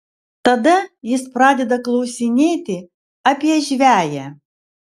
tada jis pradeda klausinėti apie žveję